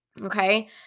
okay